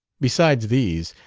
besides these,